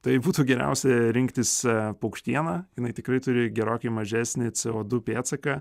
tai būtų geriausia rinktis paukštieną jinai tikrai turi gerokai mažesnį co du pėdsaką